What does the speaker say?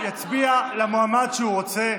כל אחד יצביע למועמד שהוא רוצה.